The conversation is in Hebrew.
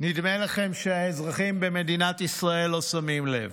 לכם שהאזרחים במדינת ישראל לא שמים לב.